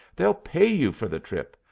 they'll pay you for the trip.